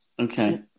okay